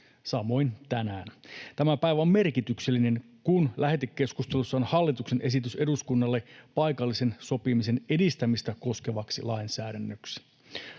samoin tänään. Tämä päivä on merkityksellinen, kun lähetekeskustelussa on hallituksen esitys eduskunnalle paikallisen sopimisen edistämistä koskevaksi lainsäädännöksi.